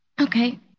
Okay